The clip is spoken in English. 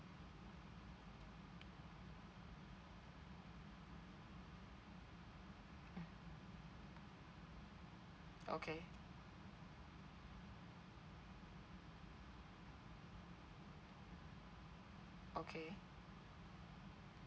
mm okay okay